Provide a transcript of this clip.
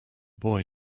boy